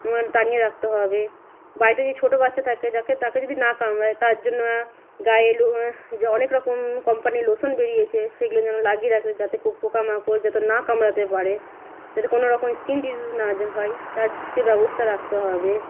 এবং টাঙিয়ে রাখতে হবে বাড়িতে যদি ছোটো বাচ্চা থাকে যাকে তাকে যদি না কামড়ায় তার জন্য গায়ে লোম যে অনেক রকম কম্পানির লোশন বেড়িয়েছে সেইগুলো যেন লাগিয়ে রাখে যাতে পোকামাকড় যাতে না কামড়াতে পারে যাতে কোনো রকম স্কিন ডিজিজ না যে হয় তার সে ব্যবস্থা রাখতে হবে